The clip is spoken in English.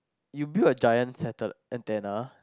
you build a giant sate~ antenna